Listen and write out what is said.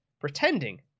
pretending